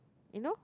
you know